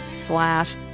slash